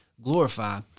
glorify